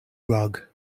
rug